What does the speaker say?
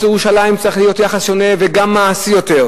לירושלים צריך להיות יחס שונה וגם מעשי יותר.